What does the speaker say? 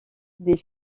des